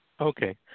Okay